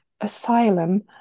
asylum